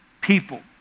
people